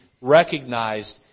recognized